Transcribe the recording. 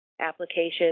applications